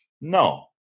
no